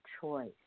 choice